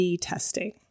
testing